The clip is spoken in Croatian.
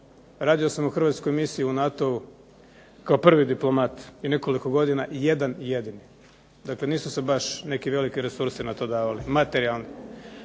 Radio sam u hrvatskoj misiji u NATO-u kao prvi diplomat i nekoliko godina jedan jedini. Dakle, nisu se baš neki veliki resursi na to davali materijalni.